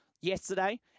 yesterday